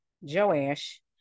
joash